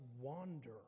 wander